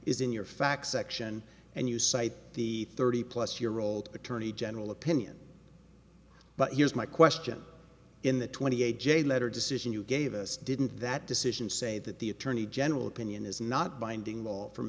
in your facts section and you cite the thirty plus year old attorney general opinion but here's my question in the twenty eight j letter decision you gave us didn't that decision say that the attorney general opinion is not binding